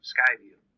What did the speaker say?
Skyview